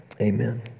Amen